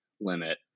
limit